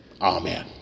Amen